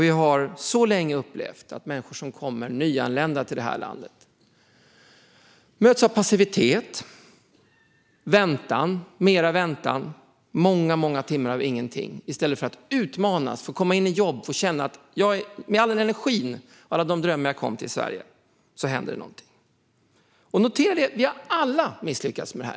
Vi har så länge upplevt att människor som är nyanlända i det här landet möts av passivitet, väntan, mera väntan och många timmar av ingenting i stället för att utmanas, få komma in i jobb, få känna att det händer någonting med all den energi och alla de drömmar som de hade när de kom till Sverige. Notera att vi alla har misslyckats med detta.